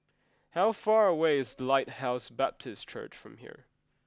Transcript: how far away is Lighthouse Baptist Church from here